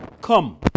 come